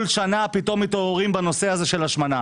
כל שנה פתאום מתעוררים בנושא השמנה